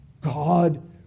God